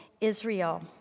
Israel